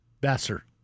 Besser